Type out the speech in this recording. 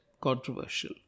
controversial